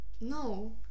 No